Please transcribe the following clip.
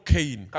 Cain